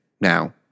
now